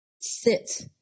sit